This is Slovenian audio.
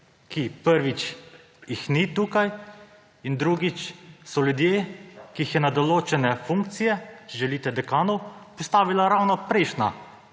jih, prvič, ni tukaj, in so, drugič, ljudje, ki jih je na določene funkcije, če želite dekanov, postavila ravno prejšnja,